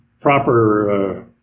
proper